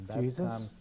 Jesus